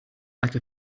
like